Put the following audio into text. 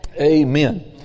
Amen